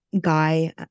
guy